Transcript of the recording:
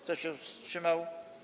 Kto się wstrzymał?